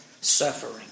suffering